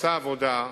עושה עבודה,